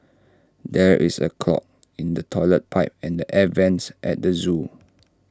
there is A clog in the Toilet Pipe and the air Vents at the Zoo